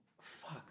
fuck